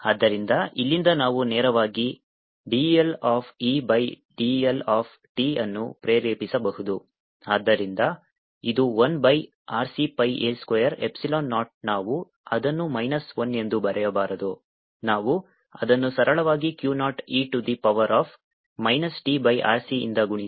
ಆದ್ದರಿಂದ ಇಲ್ಲಿಂದ ನಾವು ನೇರವಾಗಿ del of E by del of t ಅನ್ನು ಪ್ರೇರೇಪಿಸಬಹುದು ಆದ್ದರಿಂದ ಇದು 1 by RC pi a square epsilon naught ನಾವು ಅದನ್ನು ಮೈನಸ್ 1 ಎಂದು ಬರೆಯಬಾರದು ನಾವು ಅದನ್ನು ಸರಳವಾಗಿ Q naught E to the power of minus t by R C ಯಿಂದ ಗುಣಿಸಿ